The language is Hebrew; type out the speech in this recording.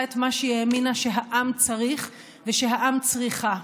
את מה שהאמינה שהעם צריך ושהעם צריכה.